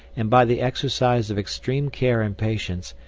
and by the exercise of extreme care and patience,